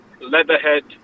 Leatherhead